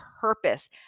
purpose